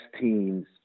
teams